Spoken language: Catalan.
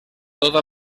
tota